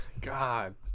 God